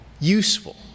Useful